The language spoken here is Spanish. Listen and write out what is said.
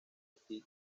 steve